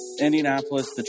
Indianapolis